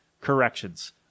corrections